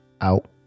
out